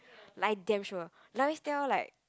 like damn sure now it's like